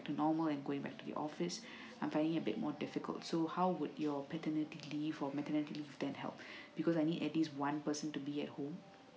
to normal and going back to the office I'm finding a bit more difficult so how would your paternity leave or maternity leave then help because I need at least one person to be at home